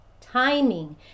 timing